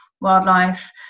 wildlife